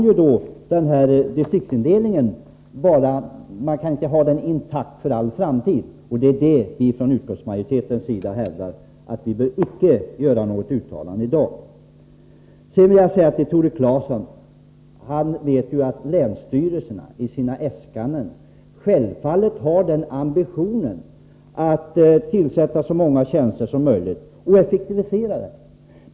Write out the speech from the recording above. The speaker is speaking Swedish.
Nuvarande distriktsindelning kan inte behållas intakt för all framtid, och vi hävdar från utskottsmajoritetens sida att något uttalande icke bör göras i dag. Jag vill säga till Tore Claeson att han ju vet att länsstyrelserna i sina äskanden självfallet har den ambitionen att tillsätta så många tjänster som möjligt och effektivisera dessa.